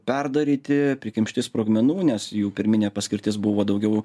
perdaryti prikimšti sprogmenų nes jų pirminė paskirtis buvo daugiau